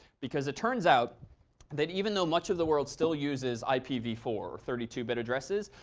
because it turns out that even though much of the world still uses i p v four or thirty two bit addresses,